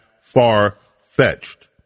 far-fetched